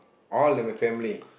all of my family